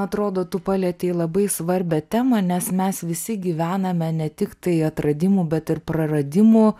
atrodo tu palietei labai svarbią temą nes mes visi gyvename ne tiktai atradimų bet ir praradimų